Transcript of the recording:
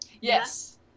Yes